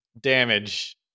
damage